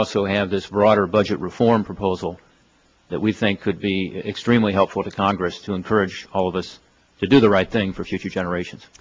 also have this broader budget reform proposal that we think could be extremely helpful to congress to encourage all of us to do the right thing for future generations